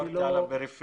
דיברנו על הפריפריה.